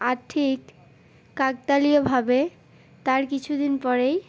আর ঠিক কাকতালীয়ভাবে তার কিছুদিন পরেই